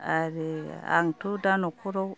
आरो आंथ' दा न'खराव